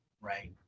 right